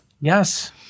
Yes